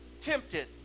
tempted